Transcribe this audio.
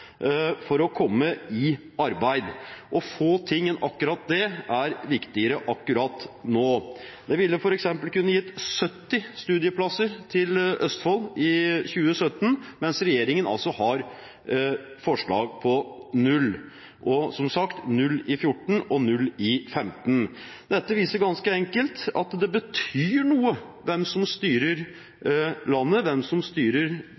for å komme i arbeid – og få ting enn akkurat det er viktigere akkurat nå. Det ville f.eks. kunne gitt 70 studieplasser til Østfold i 2017, mens regjeringen har forslag om 0 plasser og, som sagt, 0 plasser i 2014 og 0 plasser i 2015. Dette viser ganske enkelt at det betyr noe hvem som styrer landet, hvem som styrer